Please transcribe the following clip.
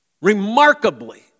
Remarkably